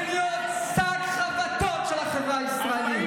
להיות שק חבטות של החברה הישראלית.